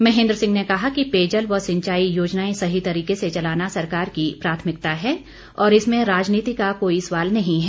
महेन्द्र सिंह ने कहा कि पेयजल व सिंचाई योजनाएं सही तरीके से चलाना सरकार की प्राथमिकता है और इसमें राजनीति का कोई सवाल नही है